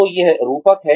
तो यह रूपक है